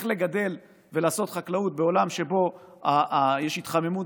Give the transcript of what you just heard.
איך לגדל ולעשות חקלאות בעולם שבו יש התחממות